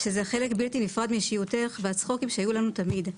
שזה חלק בלתי נפרד מאישיותך והצחוקים שהיו לנו תמיד,